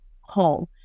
home